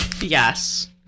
Yes